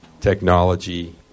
technology